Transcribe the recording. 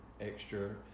extra